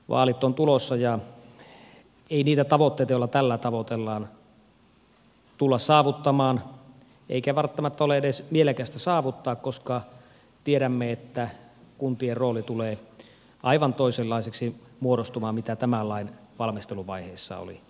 vaalit ovat tulossa ja ei niitä tavoitteita joita tällä tavoitellaan tulla saavuttamaan eikä välttämättä ole edes mielekästä saavuttaa koska tiedämme että kuntien rooli tulee muodostumaan aivan toisenlaiseksi kuin tämän lain valmisteluvaiheessa oli ajateltu